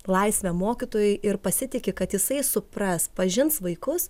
laisvę mokytojui ir pasitiki kad jisai supras pažins vaikus